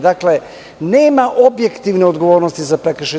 Dakle, nema objektivne odgovornosti za prekršaje.